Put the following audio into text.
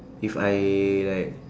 if I like